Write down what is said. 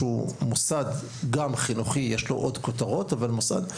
שהוא מוסד גם חינוכי יש לו עוד כותרות אבל מוסד,